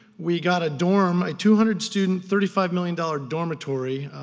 we got a dorm, a two hundred student, thirty five million dollars dormitory.